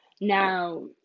Now